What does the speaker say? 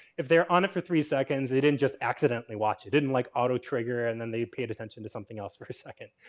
if they're on it for three seconds, they didn't just accidentally watch. it didn't like auto trigger, and then they paid attention to something else for a second.